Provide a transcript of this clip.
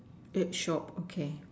at shop okay